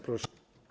Proszę.